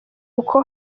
uko